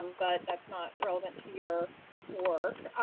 um but that's not relevant to your work.